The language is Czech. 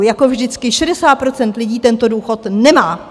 Jako vždycky 60 % lidí tento důchod nemá!